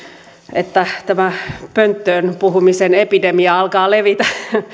että tämä pönttöön puhumisen epidemia alkaa levitä